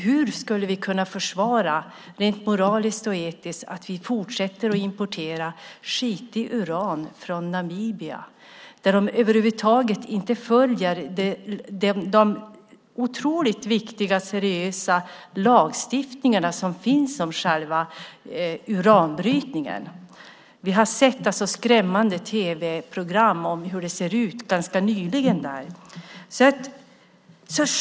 Hur skulle vi rent moraliskt och etiskt kunna försvara att vi fortsätter att importera skitig uran från Namibia där man över huvud taget inte följer den otroligt viktiga och seriösa lagstiftning som finns om själva uranbrytningen? Vi har ganska nyligen sett skrämmande tv-program om hur det ser ut där.